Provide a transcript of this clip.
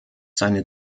seine